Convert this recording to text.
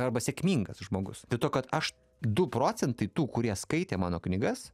arba sėkmingas žmogus dėl to kad aš du procentai tų kurie skaitė mano knygas